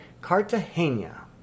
Cartagena